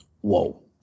Whoa